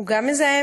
הוא גם מזהם.